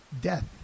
death